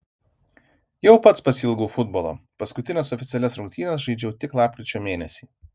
jau pats pasiilgau futbolo paskutines oficialias rungtynes žaidžiau tik lapkričio mėnesį